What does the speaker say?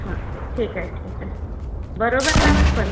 हां ठीक आहे ठीक आहे बरोबर लावाल पण